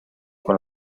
con